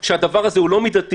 שהדבר הזה הוא לא מידתי,